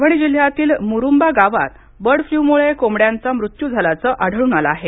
परभणी जिल्ह्यातील मुरुंबा गावात बर्ड फ्ल्यूमुळे कोंबड्यांचा मृत्यू झाल्याचं आढळून आलं आहे